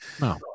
No